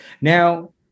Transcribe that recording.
Now